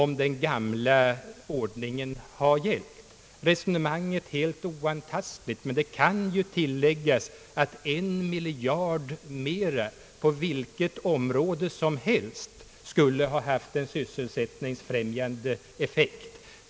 Resonemanget är helt oantastligt, men det kan ju tilläggas att en miljard mer på vilket område som helst skulle ha haft en sysselsättningsfrämjande effekt.